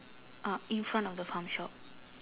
uh in front of the farm shop